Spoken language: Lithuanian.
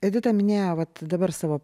edita minėjo vat dabar savo